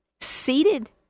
seated